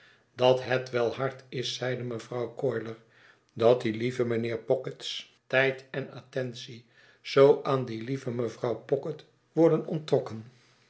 dat het wel hard is zeide mevrouw coiler dat die lieve mijnheer pocket's tijd en attentie zoo aan die lieve mevrouw pocket worden onttrokken